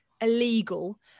illegal